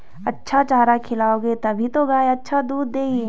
अच्छा चारा खिलाओगे तभी तो गाय अच्छा दूध देगी